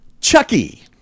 Chucky